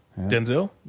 Denzel